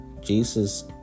Jesus